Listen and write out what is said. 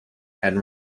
had